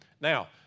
Now